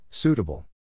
Suitable